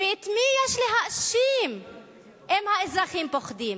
את מי יש להאשים אם האזרחים פוחדים?